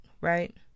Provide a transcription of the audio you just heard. right